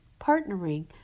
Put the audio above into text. partnering